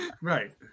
Right